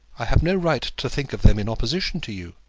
i have no right to think of them in opposition to you.